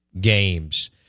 games